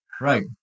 Right